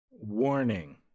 Warning